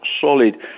solid